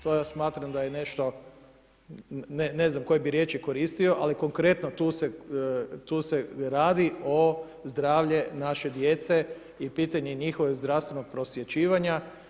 To ja smatram da je nešto ne znam koje bih riječi koristio, ali konkretno tu se radi o zdravlju naše djece i pitanje njihovog zdravstvenog prosvjećivanja.